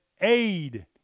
aid